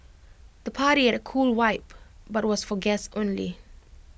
the party had A cool vibe but was for guests only